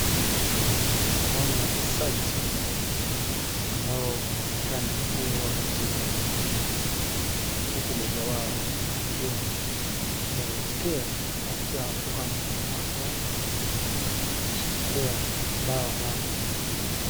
Hawa ni wachezaji ambao wanaonekana kuwa katika uga moja ,huku mmoja wao akiwa anasherehekea akiwa amefungua mdomo wake wazi akisherekea bao ambalo wamelifunga.